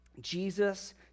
Jesus